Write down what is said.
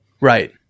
Right